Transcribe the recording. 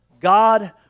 God